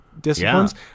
disciplines